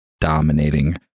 dominating